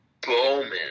Bowman